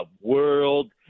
world